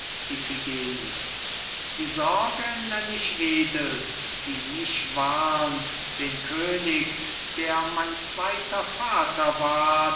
die sorge nenn ich edel die mich warnt den könig der mein zweiter vater ward